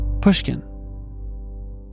pushkin